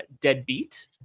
Deadbeat